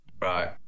Right